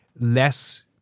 less